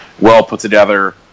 well-put-together